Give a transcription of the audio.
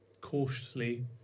cautiously